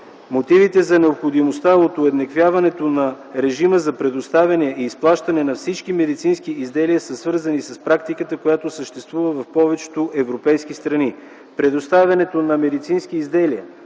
Мотивите за необходимостта от уеднаквяването на режима за предоставяне и изплащане на всички медицински изделия са свързани с практиката, която съществува в повечето европейски страни – предоставянето на медицински изделия